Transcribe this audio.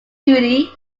duty